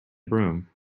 broom